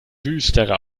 düstere